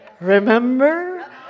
Remember